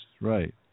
right